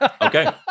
Okay